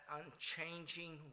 unchanging